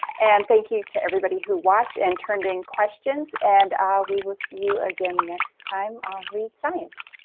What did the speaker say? and thank you to everybody who watched and turned in questions, and we will see you again next time on read science.